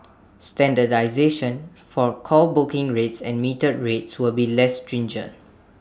standardisation for call booking rates and metered rates will be less stringent